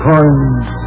Coins